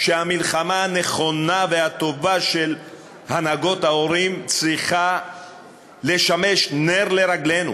שהמלחמה הנכונה והטובה של הנהגות ההורים צריכה לשמש נר לרגלינו.